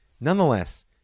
Nonetheless